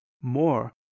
more